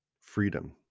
freedom